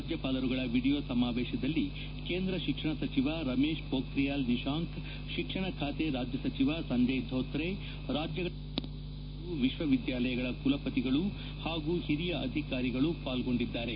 ರಾಜ್ಯಪಾಲರುಗಳ video ಸಮಾವೇಶದಲ್ಲಿ ಕೇಂದ್ರ ಶಿಕ್ಷಣ ಸಚಿವ ರಮೇಶ್ ಪೋಖ್ರಿಯಾಲ್ ನಿಶಾಂಖ್ ಶಿಕ್ಷಣ ಖಾತೆ ರಾಜ್ಯ ಸಚಿವ ಸಂಜಯ್ ಧೋತ್ರೆ ರಾಜ್ಯಗಳ ಶಿಕ್ಷಣ ಸಚಿವರು ವಿಶ್ವ ವಿದ್ಯಾಲಯಗಳ ಕುಲಪತಿಗಳು ಹಾಗೂ ಹಿರಿಯ ಅಧಿಕಾರಿಗಳು ಪಾಲ್ಗೊಂಡಿದ್ದಾರೆ